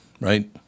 Right